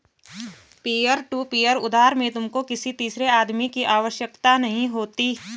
peer to peer उधार में तुमको किसी तीसरे आदमी की आवश्यकता नहीं होती